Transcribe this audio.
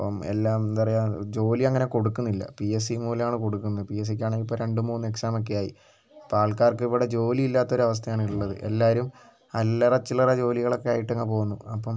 ഇപ്പം എല്ലാം എന്താ പറയുക ജോലി അങ്ങനെ കൊടുക്കുന്നില്ല പി എസ് സി മൂലമാണ് കൊടുക്കുന്നത് പി എസ് സിക്കാണെങ്കിൽ ഇപ്പോൾ രണ്ട് മൂന്ന് എക്സാമൊക്കെയായി ഇപ്പോൾ ആൾക്കാർക്കിവിടെ ജോലിയില്ലാത്തൊരവസ്ഥയാണ് ഉള്ളത് എല്ലാവരും അല്ലറച്ചില്ലറ ജോലികളൊക്കെ ആയിട്ടങ്ങ് പോകുന്നു അപ്പം